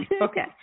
Okay